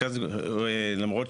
למרות